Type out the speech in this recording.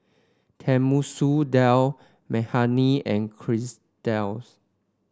Tenmusu Dal Makhani and Quesadillas